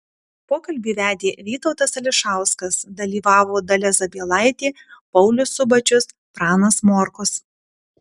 pokalbį vedė vytautas ališauskas dalyvavo dalia zabielaitė paulius subačius pranas morkus